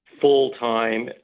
full-time